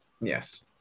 Yes